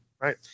Right